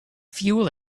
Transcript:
fuel